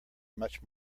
much